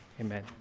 Amen